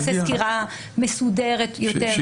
נעשה סקירה מסודרת יותר של המצב החוקי.